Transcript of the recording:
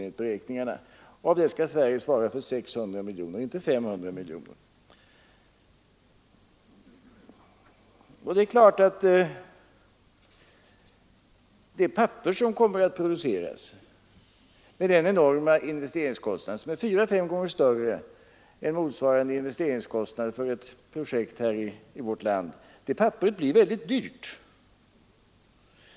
Av det beloppet skall Sverige svara för 600 miljoner — inte 500 miljoner. Med denna enorma investeringskostnad, som är fyra å fem gånger större än motsvarande kostnad för ett projekt i vårt land, kommer det papper som produceras att bli mycket dyrt.